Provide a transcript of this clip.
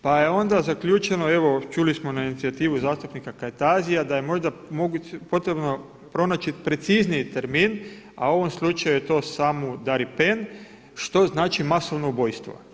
Pa je onda zaključeno evo, čuli smo na inicijativu zastupnika Kajtazija da je možda moguće, potrebno pronaći precizniji termin a u ovom slučaju je to „samudaripen“ što znači masovno ubojstvo.